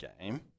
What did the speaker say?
game